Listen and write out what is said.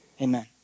Amen